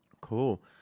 Cool